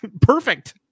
perfect